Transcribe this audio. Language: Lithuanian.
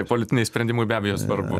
politiniai sprendimai be abejo svarbu